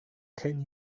can